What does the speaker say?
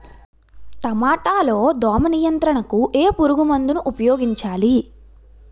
టమాటా లో దోమ నియంత్రణకు ఏ పురుగుమందును ఉపయోగించాలి?